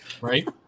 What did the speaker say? right